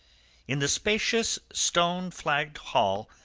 in the spacious, stone-flagged hall,